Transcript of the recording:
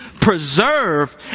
preserve